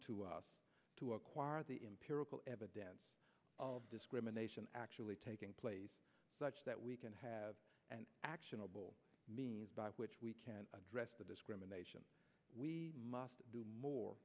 to us to acquire the empirical evidence of discrimination actually taking place such that we can have an actionable means by which we can address the discrimination we must do more